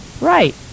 Right